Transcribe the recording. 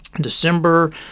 December